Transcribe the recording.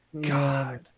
God